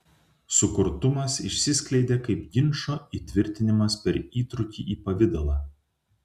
sukurtumas išsiskleidė kaip ginčo įtvirtinimas per įtrūkį į pavidalą